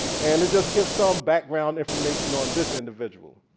and it just gives some background information on this individual.